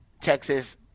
Texas